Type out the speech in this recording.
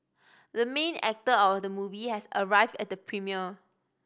the main actor of the movie has arrived at the premiere